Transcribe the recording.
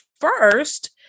first